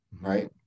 Right